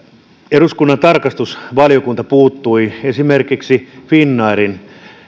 eduskunnan tarkastusvaliokunta puuttui esimerkiksi